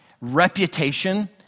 reputation